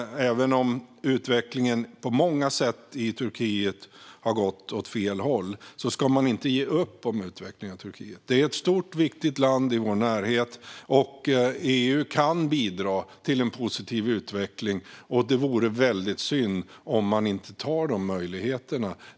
Även om utvecklingen i Turkiet på många sätt har gått åt fel håll tycker jag inte att man ska ge upp. Det är ett stort och viktigt land i vår närhet. EU kan bidra till en positiv utveckling, och det vore väldigt synd om man inte tar de möjligheterna.